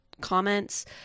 comments